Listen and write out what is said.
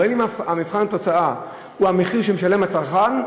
אבל אם מבחן התוצאה הוא המחיר שמשלם הצרכן,